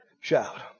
shout